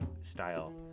style